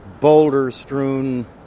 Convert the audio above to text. boulder-strewn